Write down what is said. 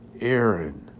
Aaron